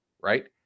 right